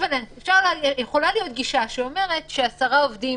יכולה להיות גישה שאומרת ש-10 עובדים